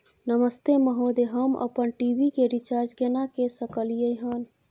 नमस्ते महोदय, हम अपन टी.वी के रिचार्ज केना के सकलियै हन?